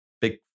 big